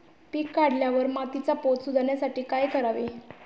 पीक काढल्यावर मातीचा पोत सुधारण्यासाठी काय करावे?